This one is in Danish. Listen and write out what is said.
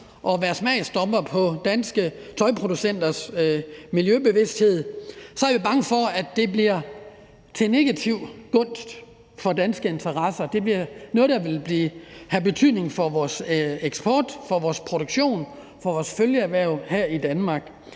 og være smagsdommere i forhold til danske tøjproducenters miljøbevidsthed. Så er vi bange for, at det bliver til negativ gunst for danske interesser; det bliver noget, der vil have betydning for vores eksport, for vores produktion, for vores følgeerhverv her i Danmark.